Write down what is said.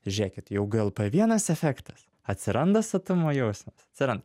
žiūrėkit jau glp vienas efektas atsiranda sotumo jausmas atsiranda